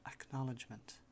Acknowledgement